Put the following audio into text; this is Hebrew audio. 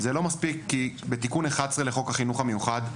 כי בתיקון 11 לחוק החינוך המיוחד,